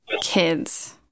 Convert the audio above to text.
kids